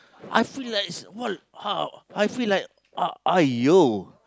I feel like s~ wal~ uh I feel like uh !aiyo!